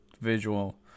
visual